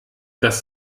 das